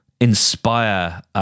inspire